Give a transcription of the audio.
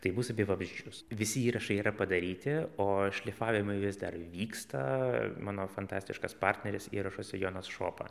tai bus apie vabzdžius visi įrašai yra padaryti o šlifavimai vis dar vyksta mano fantastiškas partneris įrašuose jonas šopa